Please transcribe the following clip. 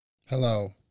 Hello